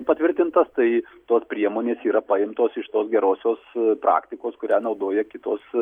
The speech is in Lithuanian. patvirtintas tai tos priemonės yra paimtos iš tos gerosios praktikos kurią naudoja kitos